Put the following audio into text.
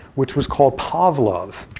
which was called pavlov.